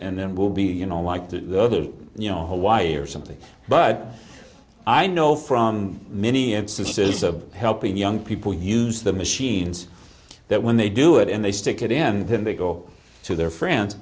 then we'll be you know like the other you know hawaii or something but i know from many of the sources of helping young people use the machines that when they do it and they stick it in him they go to their friends